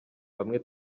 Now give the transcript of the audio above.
bamwe